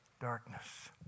Darkness